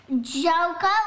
Joker